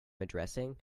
addressing